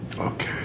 Okay